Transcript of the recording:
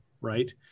right